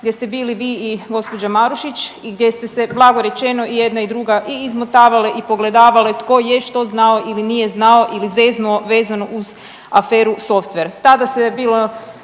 gdje ste bili vi i gospođa Marušić i gdje ste se blago rečeno i jedna i druga i izmotavale i pogledavale tko je što znao ili nije znao ili zeznuo vezano uz aferu softver.